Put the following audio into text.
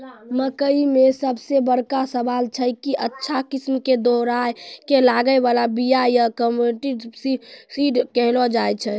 मकई मे सबसे बड़का सवाल छैय कि अच्छा किस्म के दोहराय के लागे वाला बिया या कम्पोजिट सीड कैहनो छैय?